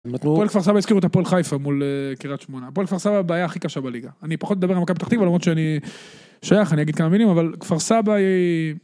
הפועל כפר סבא הזכירו את הפועל חיפה מול קרית שמונה. הפועל כפר סבא הבעיה הכי קשה בליגה. אני פחות מדבר על מקבל תחתיב למרות שאני שייך, אני אגיד כמה מילים, אבל כפר סבא היא...